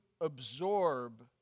absorb